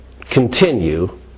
continue